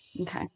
Okay